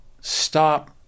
stop